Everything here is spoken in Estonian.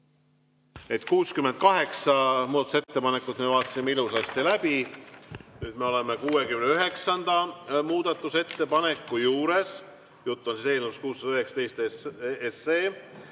68 muudatusettepanekut me vaatasime ilusasti läbi ja nüüd me oleme 69. muudatusettepaneku juures. Jutt on ikka eelnõust 619 SE.